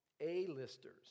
A-listers